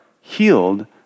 healed